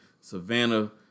Savannah